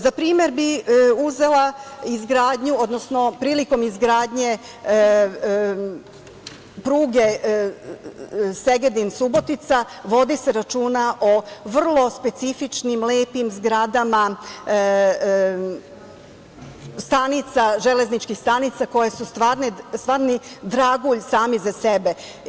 Za primer bih uzela izgradnju, odnosno prilikom izgradnje pruge Segedin-Subotica vodi se računa o vrlo specifičnim lepim zgradama železničkih stanica koje su stvarno dragulj sami za sebe.